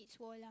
its wall lah